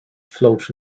float